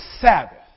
Sabbath